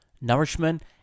nourishment